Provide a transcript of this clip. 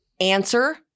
answer